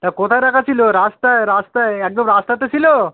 তা কোথায় রাখা ছিলো রাস্তায় রাস্তায় একদম রাস্তাতে ছিলো